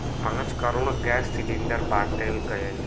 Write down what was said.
पाँच crore gas cylinder बाँटल गएल